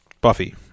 Buffy